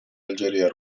algeria